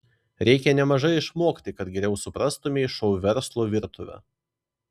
reikia nemažai išmokti kad geriau suprastumei šou verslo virtuvę